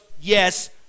yes